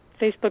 Facebook